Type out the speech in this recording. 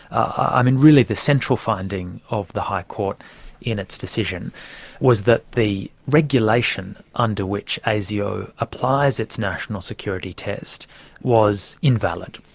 i mean, really the central finding of the high court in its decision was that the regulation under which asio applies its national security test was invalid.